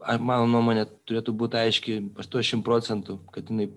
ar mano nuomone turėtų būt aiški aštuoniasdešim procentų kad jinai